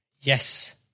Yes